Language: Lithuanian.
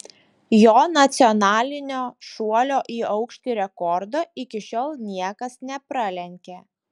jo nacionalinio šuolio į aukštį rekordo iki šiol niekas nepralenkė